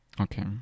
Okay